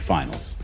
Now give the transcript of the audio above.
Finals